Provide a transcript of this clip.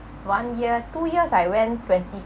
one year two years I went twenty